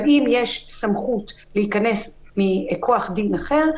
אבל אם יש סמכות להיכנס מכוח דין אחר,